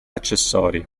accessori